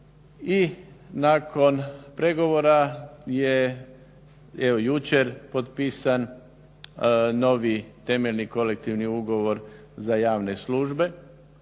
nakon pregvora je evo jučer potpisan novi temeljni kolektivni ugovor za javne službe